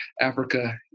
Africa